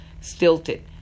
stilted